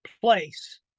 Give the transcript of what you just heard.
place